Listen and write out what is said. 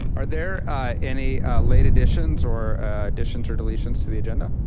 are there any late additions or additions or deletions to the agenda?